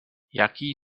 jaký